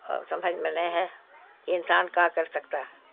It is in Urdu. اور سمجھ میں نہیں ہے کہ انسان کیا کر سکتا ہے